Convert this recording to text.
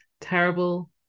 terrible